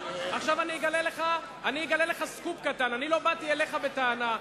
עכשיו אני אגלה לך סקופ קטן: אני לא באתי אליך בטענה.